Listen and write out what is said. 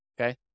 Okay